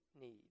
need